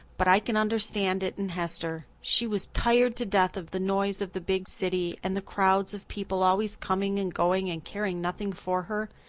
but i can understand it in hester. she was tired to death of the noise of the big city and the crowds of people always coming and going and caring nothing for her.